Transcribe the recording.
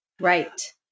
Right